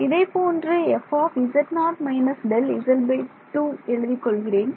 இதைப் போன்று fz0 − Δz2 எழுதிக் கொள்கிறேன்